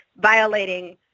violating